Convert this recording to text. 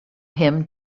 him